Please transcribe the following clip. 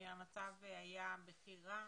המצב היה בכי רע.